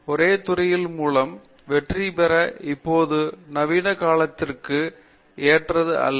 ஒரே துறையின் மூலம் வெற்றி என்பது இப்போதைய நவீன காலத்திற்கு ஏற்றது அல்ல